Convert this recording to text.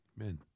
Amen